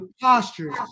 posture